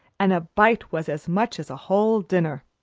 and a bite was as much as a whole dinner.